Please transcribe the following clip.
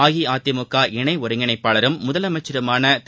அஇஅதிமுக இணை ஒருங்கிணைப்பாளரும் முதலமைச்சருமான திரு